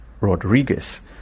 Rodriguez